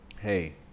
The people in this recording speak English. hey